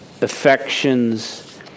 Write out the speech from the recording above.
affections